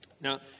Now